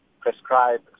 prescribe